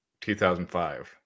2005